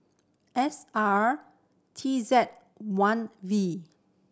S R T Z one V